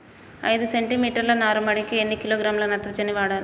ఐదు సెంటి మీటర్ల నారుమడికి ఎన్ని కిలోగ్రాముల నత్రజని వాడాలి?